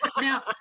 now